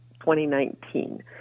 2019